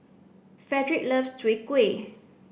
Fredrick loves Chai Kuih